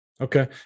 Okay